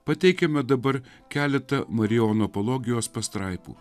pateikiame dabar keletą marijonų apologijos pastraipų